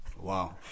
Wow